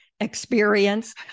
Experience